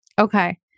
Okay